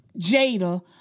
Jada